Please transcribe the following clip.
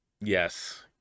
Yes